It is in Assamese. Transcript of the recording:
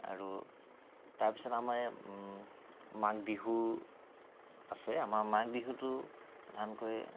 আৰু তাৰপিছত আমাৰ এই মাঘ বিহু আছে আমাৰ মাঘ বিহুটো প্ৰধানকৈ